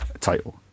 title